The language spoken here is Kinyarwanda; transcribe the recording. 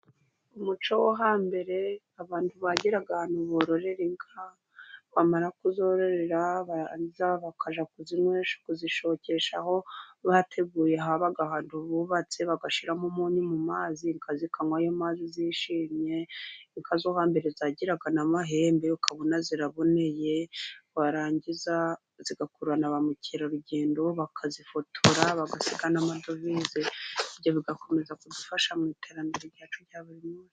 Umuco wo hambere abantu bageraga ahantu bororera inka bamara kuzorora barangiza bakajya kuzishokesha aho bateguye, habaga ahantu bubatse bagashyiramo umunyu mu mazi zikayanwa zishimye, inka zo hambere zagiraga n'amahembe ukabona ziraboneye, warangiza zigakurura na ba mukerarugendo bakazifotora bagasiga n'amadovize, ibyo bigakomeza kudufasha mu iterambere ryacu buri munsi.